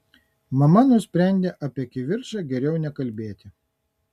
mama nusprendė apie kivirčą geriau nekalbėti